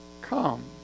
come